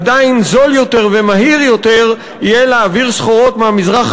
עדיין זול יותר ומהיר יותר יהיה להעביר סחורות מהמזרח